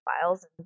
files